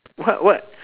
what what